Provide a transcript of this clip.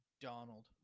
Donald